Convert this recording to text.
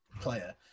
player